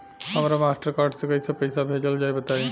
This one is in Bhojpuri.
हमरा मास्टर कार्ड से कइसे पईसा भेजल जाई बताई?